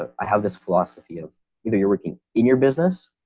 i have this philosophy of either you're working in your business,